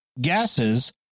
gases